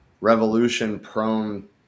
revolution-prone